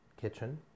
kitchen